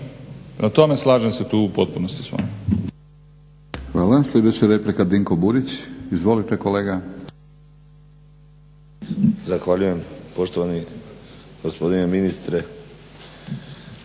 tome, slažem se tu u potpunosti sa vama.